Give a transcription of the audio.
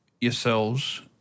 yourselves